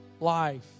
life